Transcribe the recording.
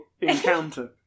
encounter